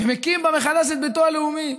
ומקים בה מחדש את ביתו הלאומי.